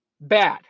bad